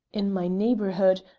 in my neighbourhood,